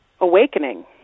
Awakening